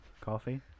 coffee